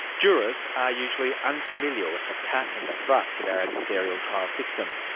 jurors are usually unfamiliar with the cut and the thrust of our adversarial trial system.